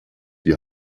die